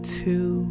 two